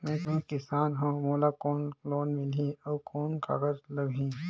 मैं किसान हव मोला कौन लोन मिलही? अउ कौन कागज लगही?